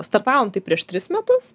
startavom tai prieš tris metus